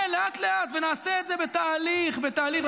כן, לאט-לאט, נעשה את זה בתהליך, בתהליך.